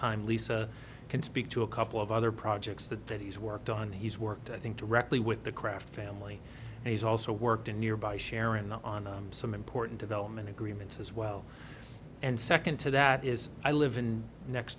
time lisa can speak to a couple of other projects that that he's worked on he's worked i think directly with the kraft family and he's also worked in nearby sharon on some important development agreements as well and second to that is i live in next